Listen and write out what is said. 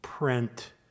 Print